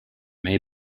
may